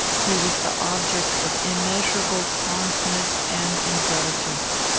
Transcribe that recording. he was the object of immeasurable fondness and indulgence.